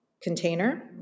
container